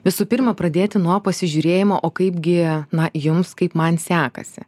visų pirma pradėti nuo pasižiūrėjimo o kaipgi na jums kaip man sekasi